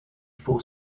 fall